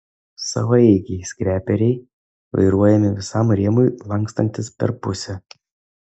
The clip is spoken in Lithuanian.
savaeigiai skreperiai vairuojami visam rėmui lankstantis per pusę